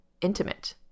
intimate